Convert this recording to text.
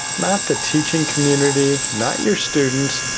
not the teaching community, not your students,